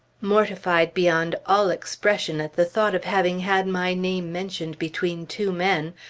mortified beyond all expression at the thought of having had my name mentioned between two men,